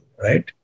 right